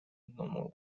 западному